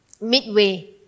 midway